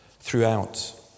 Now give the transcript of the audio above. throughout